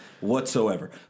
whatsoever